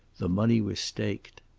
the money was staked.